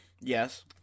Yes